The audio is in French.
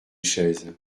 chaise